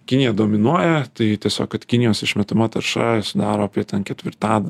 kinija dominuoja tai tiesiog kad kinijos išmetama tarša sudaro apie ten ketvirtadalį